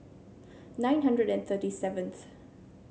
nine hundred and thirty seventh